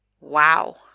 Wow